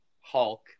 Hulk